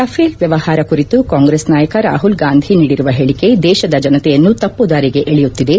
Rafale ವ್ಯವಹಾರ ಕುರಿತು ಕಾಂಗ್ರೆಸ್ ನಾಯಕ ರಾಹುಲ್ಗಾಂಧಿ ನೀಡಿರುವ ಹೇಳಕೆ ದೇಶದ ಜನತೆಯನ್ನು ತಪ್ಪು ದಾರಿಗೆ ಎಳೆಯುತ್ತಿದೆ